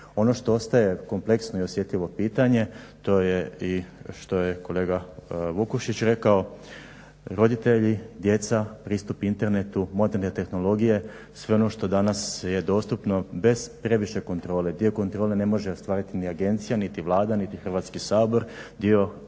Ono što ostaje kompleksno i osjetljivo pitanje to je i što je kolega Vukušić rekao roditelji, djeca, pristup internetu, moderne tehnologije, sve ono što danas je dostupno bez previše kontrole. Dio kontrole ne može ostvariti ni agencija, niti Vlada, niti Hrvatski sabor. Dio te kontrole